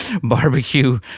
barbecue